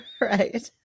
Right